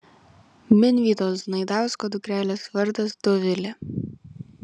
minvydo znaidausko dukrelės vardas dovilė